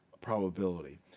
probability